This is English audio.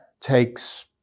takes